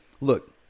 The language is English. look